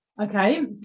Okay